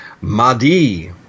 Madi